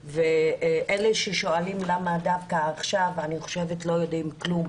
אלה ששואלים למה דווקא עכשיו לא יודעים כלום